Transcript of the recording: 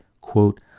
quote